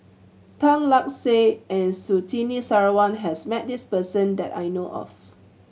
Tan Lark Sye and Surtini Sarwan has met this person that I know of